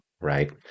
right